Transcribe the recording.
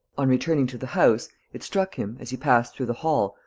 on returning to the house, it struck him, as he passed through the hall,